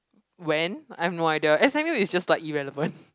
when I have no idea s_m_u is just like irrelevant